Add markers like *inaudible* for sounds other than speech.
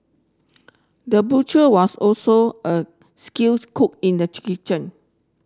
the butcher was also a skills cook in the *unintelligible* kitchen